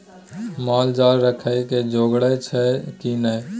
माल जाल राखय के जोगाड़ छौ की नै